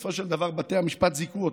בסופו של דבר בתי המשפט זיכו אותם,